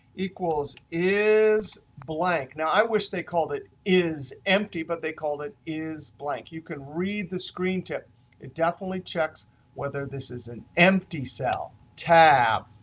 equals is blank. now, i wish they called it is empty, but they called it is blank. you can read the screen tip, it definitely checks whether this is an empty cell. tab,